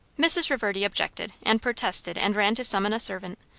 mrs. reverdy objected and protested and ran to summon a servant,